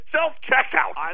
self-checkout